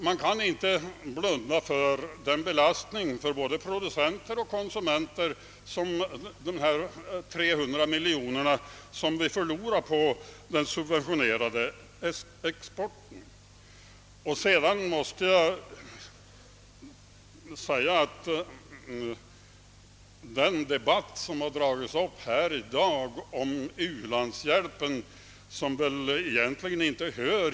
Man kan inte blunda för det faktum att de 300 miljoner kronor som vi förlorar på den subventionerade exporten utgör en belastning för både konsumenter och producenter. Den debatt som har dragits upp i dag om u-landshjälpen hör enligt min uppfattning egentligen inte hit.